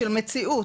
של מציאות.